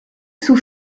sous